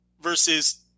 versus